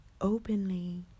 openly